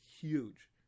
huge